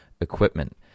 equipment